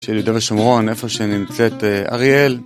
של יהודה ושומרון, איפה שנמצאת אריאל